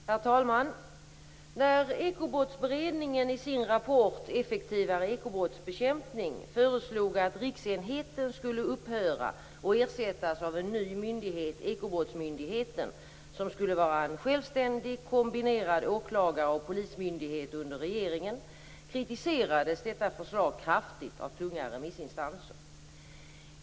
Herr talman! När Ekobrottsberedningen i sin rapport Effektivare ekobrottsbekämpning föreslog att riksenheten skulle upphöra och ersättas med en ny myndighet - Ekobrottsmyndigheten, som skulle vara en självständig kombinerad åklagar och polismyndighet under regeringen - kritiserades detta förslag kraftigt av tunga remissinstanser.